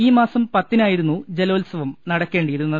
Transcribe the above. ഈ മാസം പത്തിനായിരുന്നു ജലോത്സവം നടക്കേണ്ടിയിരുന്നത്